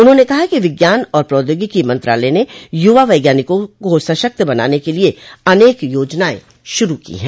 उन्होंने कहा कि विज्ञान और प्रौद्योगिकी मंत्रालय ने यूवा वैज्ञानिकों को सशक्त बनाने के लिए अनेक योजनायें शुरू की हैं